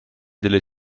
delle